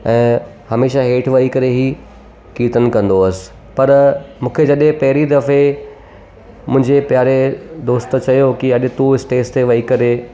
ऐं हमेशा हेठि वेही करे ही कीर्तन कंदो हुअसि पर मूंखे जॾहिं पहिरीं दफ़े मुंहिंजे प्यारे दोस्त चयो की अॼु तूं स्टेज ते वेही करे